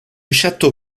château